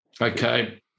Okay